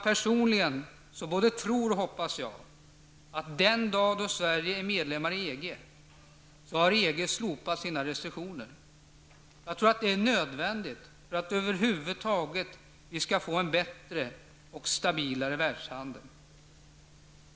Personligen både tror och hoppas jag att EG den dag Sverige är medlem har slopat sina restriktioner. Jag tror att det är nödvändigt för att vi över huvud taget skall få en bättre och stabilare världshandel.